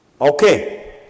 Okay